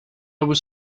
was